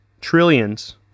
trillions